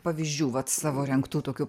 pavyzdžių vat savo rengtų tokių